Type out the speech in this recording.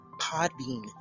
Podbean